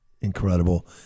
incredible